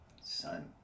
Son